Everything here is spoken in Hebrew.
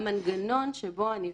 חשוב שיהיה מנגנון שבו הנפגעת